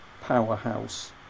Powerhouse